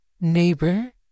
Neighbor